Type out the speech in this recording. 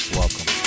welcome